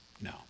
No